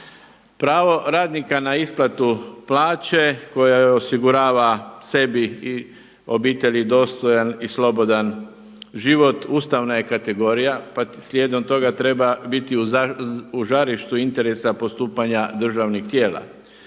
Pravo radnika na isplatu plaće koje osigurava sebi i obitelji dostojan i slobodan život ustavna je kategorija pa slijedom toga treba biti u žarištu interesa postupanja državnih tijela.